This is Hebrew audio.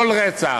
כל רצח,